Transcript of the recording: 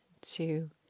two